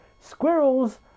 Squirrels